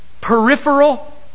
peripheral